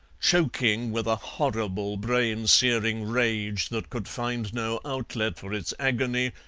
choking with a horrible brain-searing rage that could find no outlet for its agony,